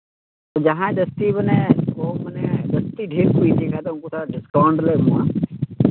ᱡᱟᱦᱟᱸᱭ ᱡᱟᱹᱥᱛᱤ ᱢᱟᱱᱮ ᱩᱱᱠᱩ ᱢᱟᱱᱮ ᱡᱟᱹᱥᱛᱤ ᱰᱷᱮᱨ ᱠᱚ ᱤᱫᱤ ᱠᱷᱟᱱ ᱫᱚ ᱩᱱᱠᱩ ᱫᱚ ᱰᱤᱥᱠᱟᱣᱩᱱᱴ ᱞᱮ ᱮᱢᱟᱣ ᱠᱚᱣᱟ